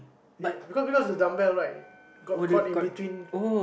it because because the dumbbell right got caught in between